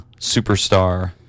Superstar